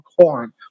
corn